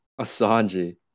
Asanji